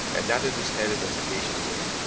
and nodded his head in a sagacious way,